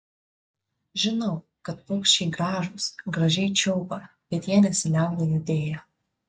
žinau kad paukščiai gražūs gražiai čiulba bet jie nesiliauja judėję